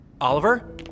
Oliver